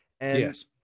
Yes